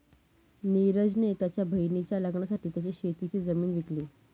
निरज ने त्याच्या बहिणीच्या लग्नासाठी त्याची शेतीची जमीन विकली